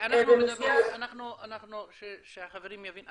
--- שהחברים יבינו,